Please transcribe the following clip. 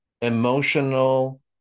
emotional